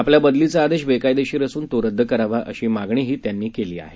आपल्या बदलीचा आदेश बेकायदेशीर असून तो रद्द करावा अशी मागणीही त्यांनी केली आहे